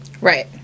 Right